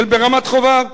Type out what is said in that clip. ברמת-חובב.